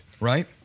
right